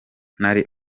ntari